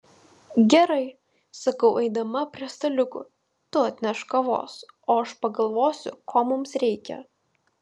gerai sakau eidama prie staliukų tu atnešk kavos o aš pagalvosiu ko mums reikia